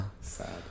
Sad